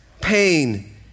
pain